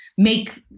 make